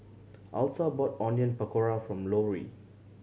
Alta brought Onion Pakora for Lorri